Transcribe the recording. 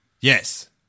Yes